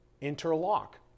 interlock